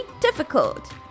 difficult